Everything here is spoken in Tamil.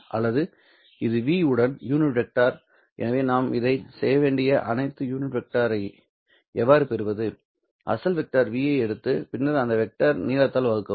எனவே இது v உடன் யூனிட் வெக்டர் எனவே நான் இதை செய்ய வேண்டிய அனைத்தையும் யூனிட் வெக்டரை எவ்வாறு பெறுவது அசல் வெக்டர் v ஐ எடுத்து பின்னர் அந்த வெக்டர்களின் நீளத்தால் வகுக்கவும்